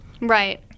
right